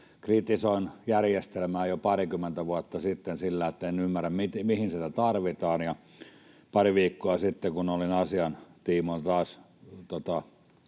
Kritisoin järjestelmää jo parikymmentä vuotta sitten sillä, että en ymmärrä, mihin sitä tarvitaan. Kun pari viikkoa sitten olin asian tiimoilta